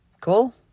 Cool